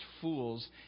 fools